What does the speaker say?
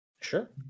Sure